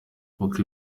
kuko